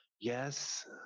Yes